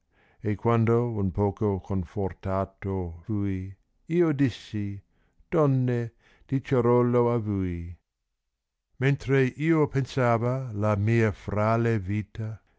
e quando un poco confortato fui io dissi donne diceruuo a vni mentre io pensava la mia frale vita